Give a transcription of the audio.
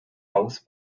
house